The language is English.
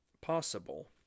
possible